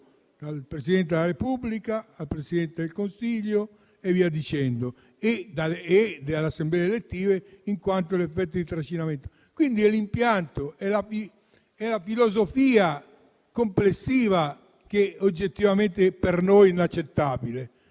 dal Presidente della Repubblica al Presidente del Consiglio e via dicendo, alle Assemblee elettive, per l'effetto di trascinamento. Quindi è l'impianto, è la filosofia complessiva che oggettivamente è per noi inaccettabile.